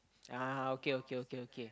ah okay okay okay okay